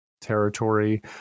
territory